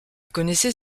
connaissait